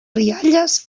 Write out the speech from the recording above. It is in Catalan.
rialles